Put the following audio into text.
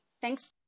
Thanks